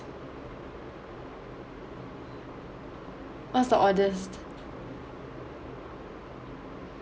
what's the oddest